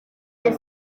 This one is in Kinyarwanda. the